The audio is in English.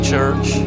Church